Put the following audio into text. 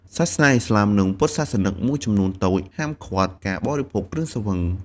សាសនាឥស្លាម និងពុទ្ធសាសនិកមួយចំនួនតូច ហាមឃាត់ការបរិភោគគ្រឿងស្រវឹង។